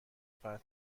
فتح